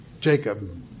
Jacob